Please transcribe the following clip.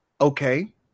Okay